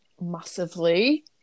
massively